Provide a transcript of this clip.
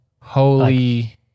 Holy